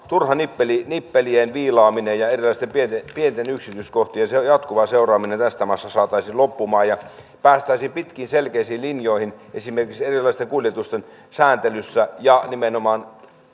turha nippelien nippelien viilaaminen ja erilaisten pienten pienten yksityiskohtien jatkuva seuraaminen tästä maasta saataisiin loppumaan ja päästäisiin pitkiin selkeisiin linjoihin esimerkiksi erilaisten kuljetusten sääntelyssä ja nimenomaan